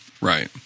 Right